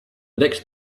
next